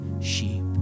sheep